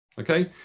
Okay